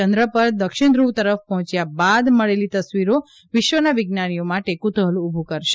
ચંદ્ર પર દક્ષિણ ધુવ તરફ પહોચ્યા બાદ મળેલી તસવીરો વિશ્વના વિજ્ઞાનીઓ માટે કુતુહલ ઉભુ કરશે